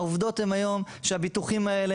העובדות הן היום שהביטוחים האלה,